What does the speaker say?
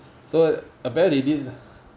so uh is this